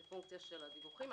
כפונקציה של הדיווחים.